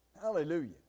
Hallelujah